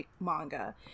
manga